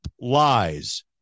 lies